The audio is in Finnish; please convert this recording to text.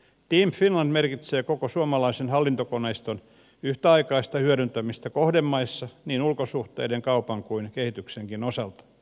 team finland merkitsee koko suomalaisen hallintokoneiston yhtäaikaista hyödyntämistä kohdemaissa niin ulkosuhteiden kaupan kuin kehityksenkin osalta